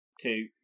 two